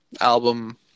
album